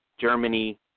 Germany